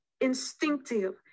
instinctive